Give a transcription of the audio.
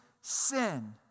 Sin